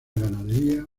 ganadería